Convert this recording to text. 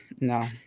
No